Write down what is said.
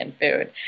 food